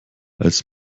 als